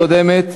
בפעם הקודמת,